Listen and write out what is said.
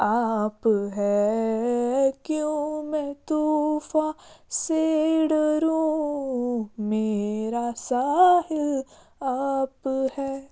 آپ ہے کیوں میں طوفان سے ڈرو میرا ساہل آپ ہے